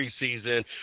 preseason